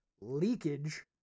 leakage